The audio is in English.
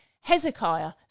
Hezekiah